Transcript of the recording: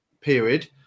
period